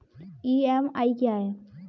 EMI क्या है?